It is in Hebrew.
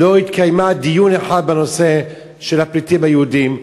לא התקיים דיון אחד בנושא של הפליטים היהודים,